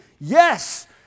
yes